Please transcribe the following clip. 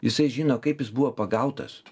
jisai žino kaip jis buvo pagautas